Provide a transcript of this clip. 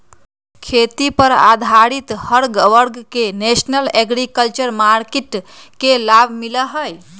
खेती पर आधारित हर वर्ग के नेशनल एग्रीकल्चर मार्किट के लाभ मिला हई